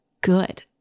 good